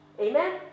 Amen